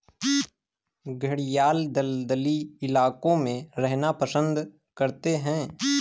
घड़ियाल दलदली इलाकों में रहना पसंद करते हैं